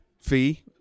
fee